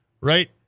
Right